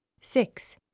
six